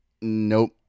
Nope